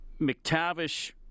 McTavish